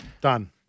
Done